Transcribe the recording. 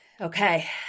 Okay